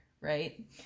right